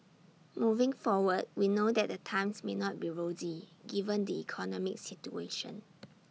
moving forward we know that the times may not be rosy given the economic situation